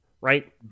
right